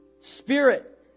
spirit